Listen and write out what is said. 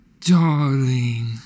darling